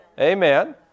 Amen